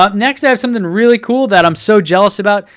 ah next i have something really cool that i'm so jealous about.